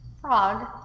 Frog